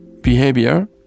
behavior